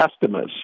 customers